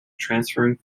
transferring